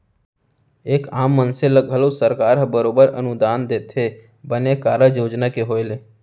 एक आम मनसे ल घलौ सरकार ह बरोबर अनुदान देथे बने कारज योजना के होय ले